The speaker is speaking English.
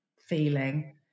feeling